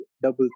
double